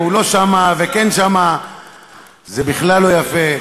כן שמע ולא שמע, זה בכלל לא יפה.